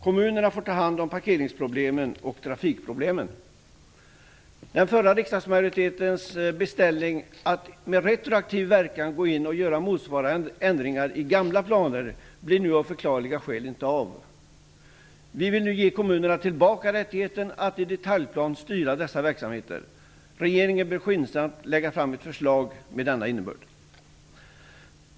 Kommunerna får ta hand om parkeringsproblemen och trafikproblemen. Den förra riksdagsmajoritetens beställning att med retroaktiv verkan gå in och göra motsvarande ändringar i gamla planer blir nu av förklarliga skäl inte av. Vi vill nu ge kommunerna tillbaka rättigheten att i detaljplan styra dessa verksamheter. Regeringen bör skyndsamt lägga fram ett förslag med denna innebörd.